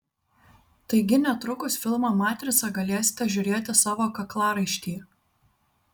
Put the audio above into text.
taigi netrukus filmą matrica galėsite žiūrėti savo kaklaraištyje